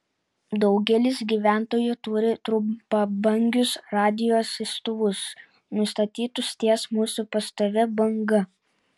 daugelis gyventojų turi trumpabangius radijo siųstuvus nustatytus ties mūsų pastovia banga